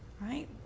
right